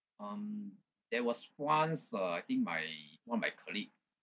um there was once uh I think my one of my colleague